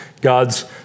God's